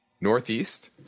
Northeast